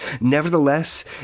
Nevertheless